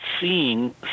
seeing